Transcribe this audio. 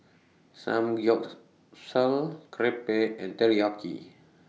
Samgyeopsal Crepe and Teriyaki